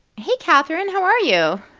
hey, catherine. how are you?